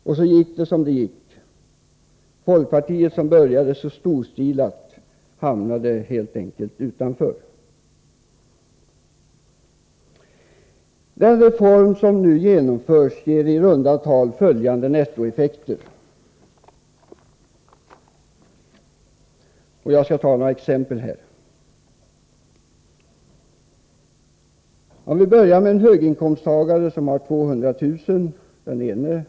Och så gick det som det gick — folkpartiet, som började så storstilat, hamnade helt enkelt utanför. Den reform som nu genomförs ger i runda tal följande nettoeffekter — jag skall ta några exempel. För en höginkomsttagarfamilj, där den ena maken tjänar 200 000 kr.